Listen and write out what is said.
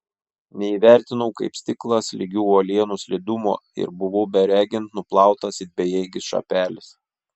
neįvertinau kaip stiklas lygių uolienų slidumo ir buvau beregint nuplautas it bejėgis šapelis